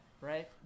right